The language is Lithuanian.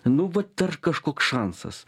nu vat dar kažkoks šansas